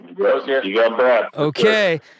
Okay